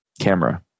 camera